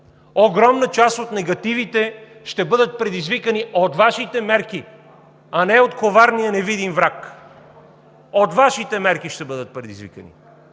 Огромна част от негативите ще бъдат предизвикани от Вашите мерки, а не от коварния невидим враг. От Вашите мерки ще бъдат предизвикани!